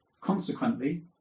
Consequently